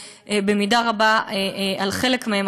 ובמידה רבה אצל חלק מהם,